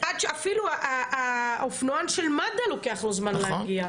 אפילו לאופנוען של מד"א ייקח זמן להגיע.